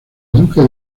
duque